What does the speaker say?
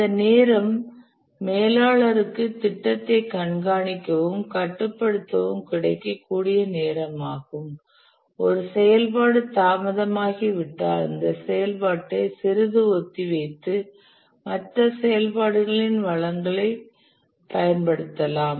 இந்த நேரம் மேலாளருக்கு திட்டத்தை கண்காணிக்கவும் கட்டுப்படுத்தவும் கிடைக்கக்கூடிய நேரம் ஆகும் ஒரு செயல்பாடு தாமதமாகிவிட்டால் இந்தச் செயல்பாட்டை சிறிது ஒத்திவைத்து மற்ற செயல்பாடுகளில் வளங்களை பயன்படுத்தலாம்